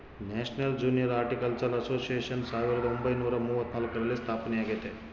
national junior horticultural association ಸಾವಿರದ ಒಂಬೈನುರ ಮೂವತ್ನಾಲ್ಕರಲ್ಲಿ ಸ್ಥಾಪನೆಯಾಗೆತೆ